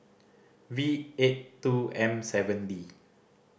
V eight two M seven D